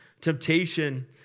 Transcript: Temptation